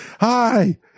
Hi